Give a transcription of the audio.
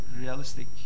realistic